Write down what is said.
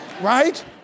right